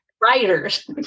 writers